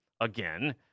again